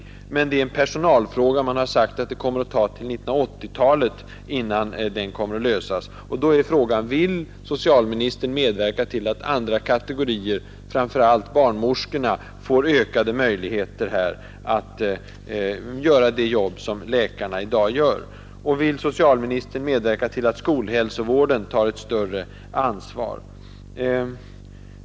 Detta är emellertid en personalfråga, och det har sagts att det kommer att dröja till 1980-talet innan den blir löst. Då är frågan: Vill socialministern medverka till att andra kategorier, framför allt barnmorskorna, får ökade möjligheter att göra det jobb som läkarna i dag gör? Och vill socialministern medverka till att skolhälsovården tar ett större ansvar?